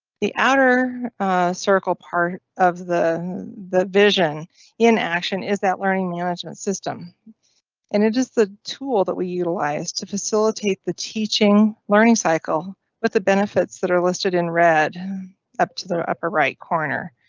the outer circle part of the the vision in action is that learning management system and it is the tool that we utilized to facilitate the teaching learning cycle with the benefits that are listed in red up to the upper right corner.